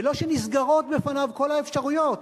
ולא שנסגרות בפניו כל האפשרויות,